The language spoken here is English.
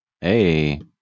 Hey